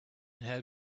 had